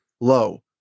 low